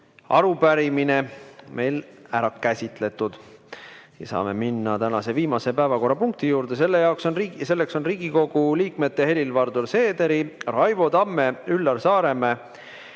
arupärimine on meil ära käsitletud. Saame minna tänase viimase päevakorrapunkti juurde. Selleks on Riigikogu liikmete Helir-Valdor Seederi, Raivo Tamme, Üllar Saaremäe,